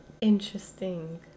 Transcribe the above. Interesting